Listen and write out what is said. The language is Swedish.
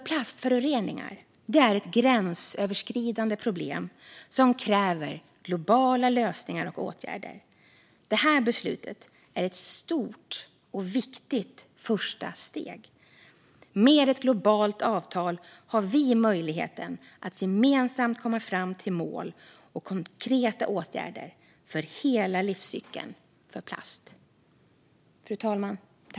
Plastföroreningar är ett gränsöverskridande problem som kräver globala lösningar och åtgärder. Det här beslutet är ett stort och viktigt första steg. Med ett globalt avtal har vi möjligheten att gemensamt komma fram till mål och konkreta åtgärder för hela livscykeln för plast.